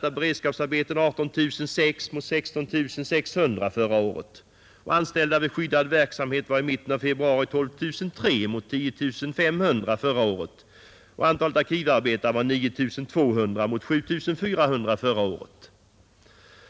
De med beredskapsarbeten sysselsatta var 18 600 mot 16 600 förra året. Antalet sysselsatta vid skyddad verksamhet var i mitten av februari 12 300 mot 10 500 förra året. Slutligen var antalet arkivarbetare 9 200 mot 7 400 förra året.